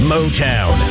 Motown